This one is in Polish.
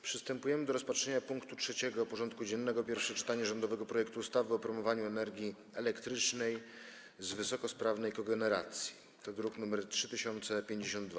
Przystępujemy do rozpatrzenia punktu 3. porządku dziennego: Pierwsze czytanie rządowego projektu ustawy o promowaniu energii elektrycznej z wysokosprawnej kogeneracji (druk nr 3052)